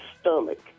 stomach